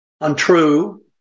untrue